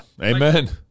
Amen